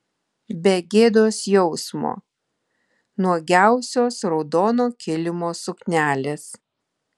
be gėdos jausmo nuogiausios raudono kilimo suknelės